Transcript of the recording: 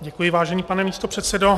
Děkuji, vážený pane místopředsedo.